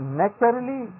naturally